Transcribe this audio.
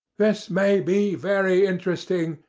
this may be very interesting,